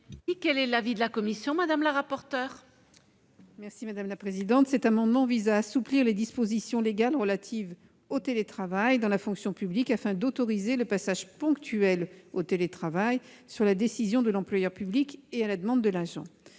Quel est l'avis de la commission ? Cet amendement vise à assouplir les dispositions légales relatives au télétravail dans la fonction publique, afin d'autoriser le passage ponctuel au télétravail, sur décision de l'employeur public et à la demande de l'agent.